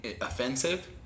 offensive